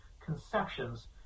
conceptions